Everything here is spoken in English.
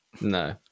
No